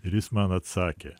ir jis man atsakė